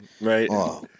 Right